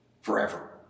forever